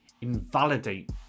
Invalidate